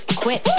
quit